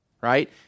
right